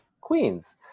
Queens